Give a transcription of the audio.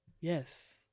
Yes